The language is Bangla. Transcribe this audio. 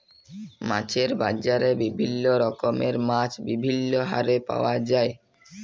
মাছের বাজারে বিভিল্য রকমের মাছ বিভিল্য হারে পাওয়া যায়